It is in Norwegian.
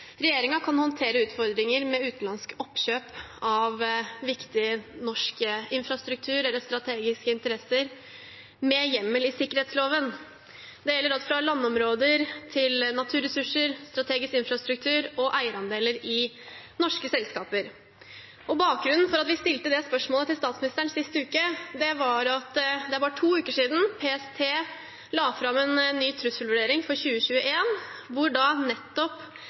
kan håndtere utfordringer med utenlandsk oppkjøp av viktig norsk infrastruktur eller strategiske interesser med hjemmel i sikkerhetsloven. Det gjelder alt fra landområder til naturressurser, strategisk infrastruktur og eierandeler i norske selskaper. Bakgrunnen for at vi stilte det spørsmålet til statsministeren sist uke, var at det var to uker siden PST la fram en ny trusselvurdering for 2021, der nettopp